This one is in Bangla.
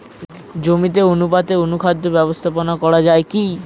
জমিতে অনুপাতে অনুখাদ্য ব্যবস্থাপনা করা য়ায় কি?